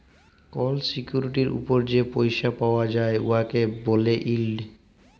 call সিকিউরিটির উপর যে পইসা পাউয়া যায় উয়াকে ব্যলে ইল্ড